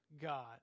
God